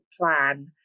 plan